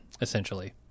essentially